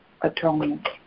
atonement